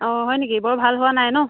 অঁ হয় নেকি বৰ ভাল হোৱা নাই নহ্